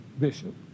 bishop